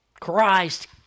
Christ